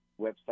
website